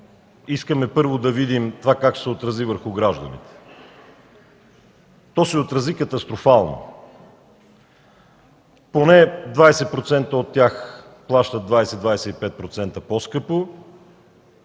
искаме първо да видим това как ще се отрази върху гражданите. То се отрази катастрофално. Поне 20% от тях плащат 20-25% по-скъпо,